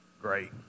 great